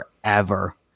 forever